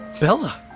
Bella